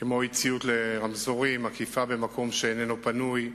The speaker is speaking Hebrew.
כמו אי-ציות לרמזורים, עקיפה במקום שאיננו פנוי,